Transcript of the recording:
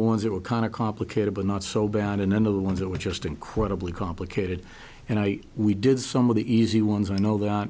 ones that were kind of complicated but not so bad and then the ones that were just incredibly complicated and i we did some of the easy ones i know that